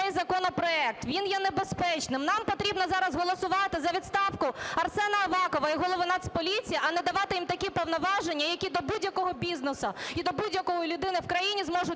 законопроект, він є небезпечним. Нам потрібно зараз голосувати за відставку Арсена Авакова і голову Нацполіції, а не давати їм такі повноваження, які до будь-якого бізнесу і до будь-якої людини в країні зможуть